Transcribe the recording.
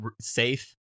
safe